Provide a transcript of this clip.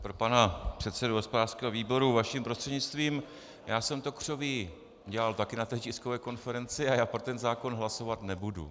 Pro pana předsedu hospodářského výboru vaším prostřednictvím: Já jsem to křoví dělal taky na té tiskové konferenci a pro ten zákon hlasovat nebudu.